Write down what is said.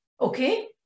Okay